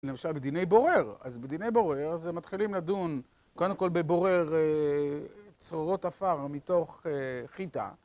למשל בדיני בורר, אז בדיני בורר זה מתחילים לדון קודם כל בבורר אה... צרורות עפר מתוך חיטה